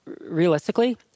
realistically